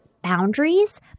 boundaries